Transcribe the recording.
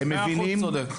מאה אחוז, צודק.